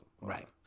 Right